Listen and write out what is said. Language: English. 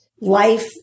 life